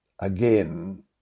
again